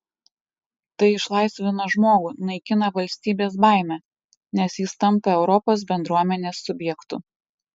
tai išlaisvina žmogų naikina valstybės baimę nes jis tampa europos bendruomenės subjektu